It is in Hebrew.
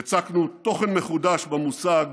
יצקנו תוכן מחודש במושג